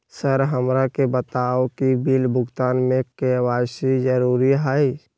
Sir हमरा के बताओ कि बिल भुगतान में के.वाई.सी जरूरी हाई?